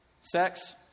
Sex